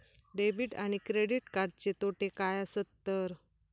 Debit आणि credit कार्डचे तोटे काय आसत तर?